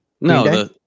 No